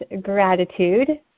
gratitude